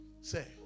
say